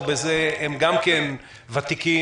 הם גם כן ותיקים.